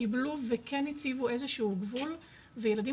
קיבלו וכן הציבו איזשהו גבול וילדים